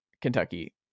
Kentucky